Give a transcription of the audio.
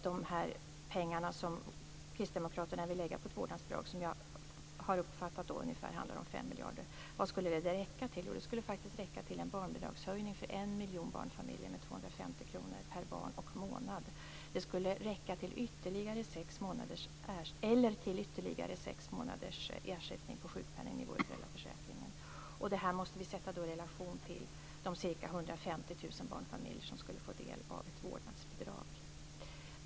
De pengar som kristdemokraterna vill lägga på ett vårdnadsbidrag, som jag har uppfattat handlar om ungefär 5 miljarder, skulle faktiskt räcka till en barnbidragshöjning för en miljon barnfamiljer med 250 kr per barn och månad eller till ytterligare sex månaders ersättning på sjukpenningnivå i föräldraförsäkringen. Det måste vi sätta i relation till de ca 150 000 barnfamiljer som skulle få del av ett vårdnadsbidrag.